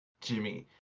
Jimmy